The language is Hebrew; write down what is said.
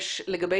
יש בחיפה מט"ש.